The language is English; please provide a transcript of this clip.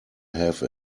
have